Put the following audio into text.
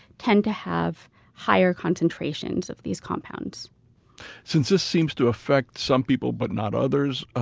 tend to have higher concentrations of these compounds since this seems to affect some people but not others,